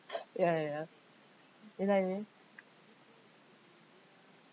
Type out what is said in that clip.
ya ya you know what I mean